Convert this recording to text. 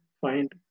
find